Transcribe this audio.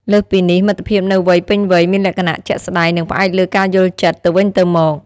លើសពីនេះ មិត្តភាពនៅវ័យពេញវ័យមានលក្ខណៈ ជាក់ស្តែង និងផ្អែកលើការយល់ចិត្ត ទៅវិញទៅមក។